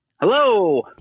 Hello